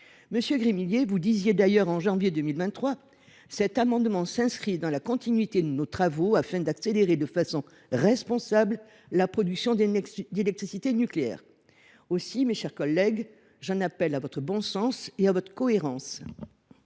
Monsieur Gremillet, vous estimiez d’ailleurs en janvier 2023 que cet amendement s’inscrivait dans la continuité de nos travaux, afin d’accélérer de façon responsable la production d’électricité nucléaire. Mes chers collègues, j’en appelle donc à votre bon sens et à votre cohérence.